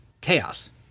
chaos